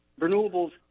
Renewables